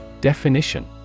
Definition